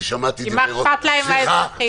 כי מה אכפת להם האזרחים?